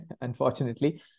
Unfortunately